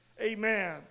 Amen